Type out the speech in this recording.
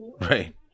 Right